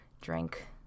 drink